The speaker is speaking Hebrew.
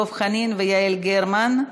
דב חנין ויעל גרמן,